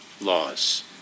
laws